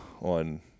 on